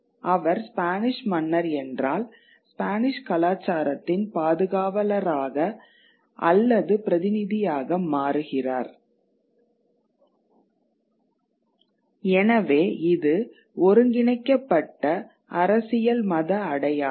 அவர் Spanish மன்னர் என்றால் Spanish கலாச்சாரத்தின் பாதுகாவலராக அல்லது பிரதிநிதியாக மாறுகிறார் எனவே இது ஒருங்கிணைக்கப்பட்ட அரசியல் மத அடையாளம்